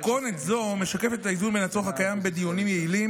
מתכונת זו משקפת את האיזון בין הצורך הקיים בדיונים יעילים